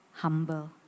Humble